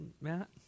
Matt